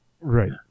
Right